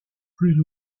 plus